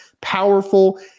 powerful